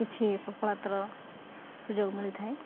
କିଛି ସଫଳାତର ସୁଯୋଗ ମିଳିଥାଏ